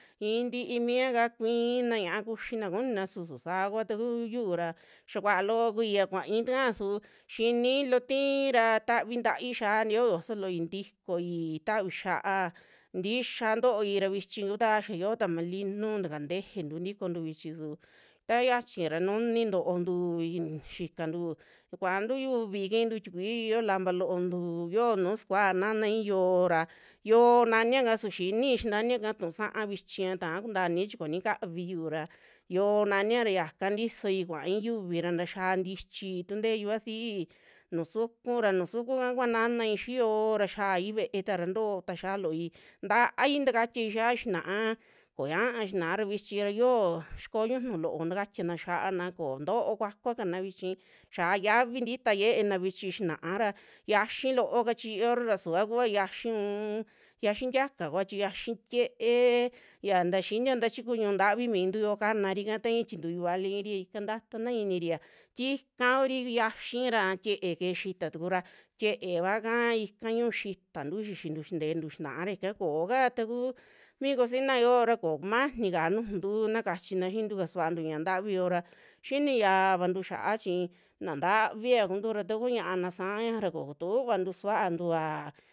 I'in tiimiaka kuiina ñia'a kuxina kunina su suvakua takuyuu ra xaa kuaa loo kuiya kuaai taka su xiini loo tiira tavi taai xia'a yoo yoso looi tikoi tavi xia'a, ntixaa tooi ra vichi kutaa xaa yoota malinu tukantejentu tikontu vichi su taa xiachi ra nuni toontu i- xikantu, kuantu yuvi kiintu tikui yoo lampa loontu yio nuu sakua nani yo'oo ra, yo'oo naniaka su xinii xa naniaka tu'un sa'a vichia taa kuntaai chi koo nikaviyu ra yo'oo nania ra yaka ntisoi kuai yuvi ra ntaaxia tichi tu tee yuvasi nuju suku ra, nuju sukuka kuaa nanai xii yo'oo ra xiaai ve'e tara ntoota xia'a looi, taai takatiai xia'a xinaa koñaa xinaa ra vichi ra xio sikoo ñujuu loo takatiana xia'ana koo ntoo kuakuakana vichi xiaa xavi ntita yeena vichi, xinaa ra yiaxi loo kachiiora ra subia kua yiaxi uun, yiaxi tiaka kua chi yiaxi tiee ya nta xinio ta chi kuu ñu'u ntavi mintu yoo kanari ika taai tintuyu vali iri ika taatana iniria tikaa kuri yiaxi ra, tiee keje xita tukura tiee kua ika ñuu xitantu xixintu xintetu xinaara ika kooka taku mi cocina yoo ra kokumanika nujuntu taku na kachina xiintu kasuantu ñaa ntavi yoora xiniyavantu xiaa chii naa ntavia kuntura taku ñaa na saa ñaja ra kokutuvantu suantuaa.